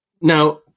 Now